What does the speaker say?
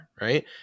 right